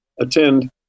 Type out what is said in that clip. attend